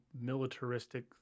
militaristic